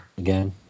Again